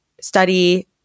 study